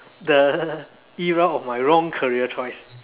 the era of my wrong career choice